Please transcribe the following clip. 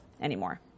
anymore